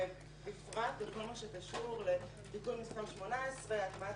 ובפרט בכל מה שקשור לתיקון מס' 18 הטמעת